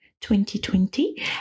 2020